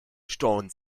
stauen